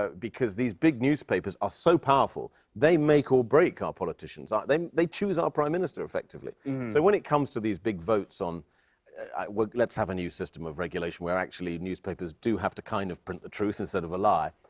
ah because these big newspapers are so powerful, they make or break our politicians. ah they they choose our prime minister effectively. so when it comes to these big votes on well, let's have a new system of regulation where, actually, newspapers do have to, kind of, print the truth instead of a lie.